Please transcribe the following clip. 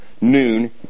noon